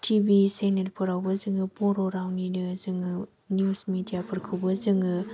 T V चेनेलफोरावबो जों बर' रावनिनो जों निउस मिदियाफोरखौबो जों